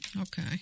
Okay